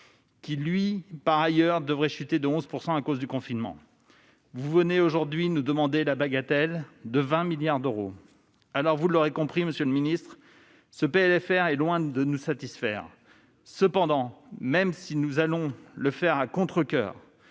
qui devrait par ailleurs chuter de 11 % à cause du confinement ! Vous venez aujourd'hui nous demander la bagatelle de 20 milliards d'euros. Vous l'aurez compris, monsieur le ministre, ce PLFR est loin de nous satisfaire. Cependant, même si c'est à contrecoeur,